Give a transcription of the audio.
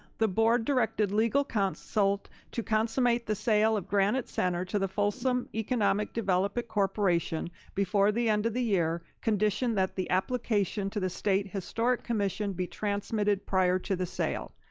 the board directed legal consult to consummate the sale of granite center to the folsom economic development corporation before the end of the year condition that the application to the state historic commission be transmitted prior to the sale.